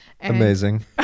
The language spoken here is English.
amazing